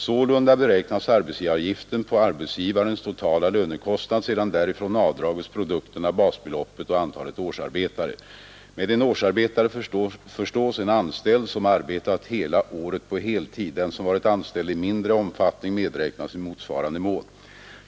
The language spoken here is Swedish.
Sålunda beräknas arbetsgivaravgiften på arbetsgivarens totala lönekostnad sedan därifrån avdragits produkten av basbeloppet och antalet årsarbetare. Med en årsarbetare förstås en anställd som arbetat hela året på heltid. Den som varit anställd i mindre omfattning medräknas i motsvarande mån.